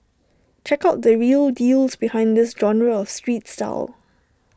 check out the real deals behind this genre of street style